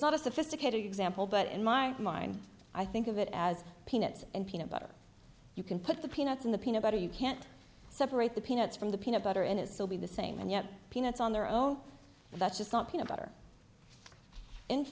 not a sophisticated example but in my mind i think of it as peanuts and peanut butter you can put the peanuts in the peanut butter you can't separate the peanuts from the peanut butter and it still be the same and yet peanuts on their own that's just not peanut butter and